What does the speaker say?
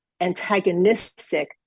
antagonistic